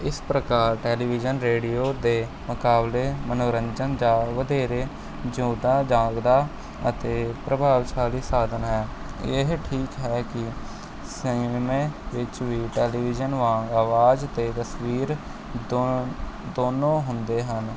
ਇਸ ਪ੍ਰਕਾਰ television radio ਦੇ ਮੁਕਾਬਲੇ ਮਨੋਰੰਜਨ ਜਾਂ ਵਧੇਰੇ ਜਿਉਂਦਾ ਜਾਗਦਾ ਅਤੇ ਪ੍ਰਭਾਵਸ਼ਾਲੀ ਸਾਧਨ ਹੈ ਇਹ ਠੀਕ ਹੈ ਕਿ ਸਿਨੇਮਾ ਵਿੱਚ ਵੀ ਟੈਲੀਵਿਜ਼ਨ ਵਾਂਗ ਆਵਾਜ਼ ਅਤੇ ਤਸਵੀਰ ਦੋ ਦੋਨੋਂ ਹੁੰਦੇ ਹਨ